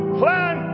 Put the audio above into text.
plan